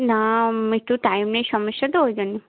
না একটু টাইমের সমস্যা তো ওই জন্য